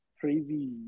crazy